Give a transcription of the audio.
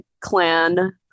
clan